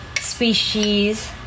species